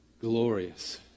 glorious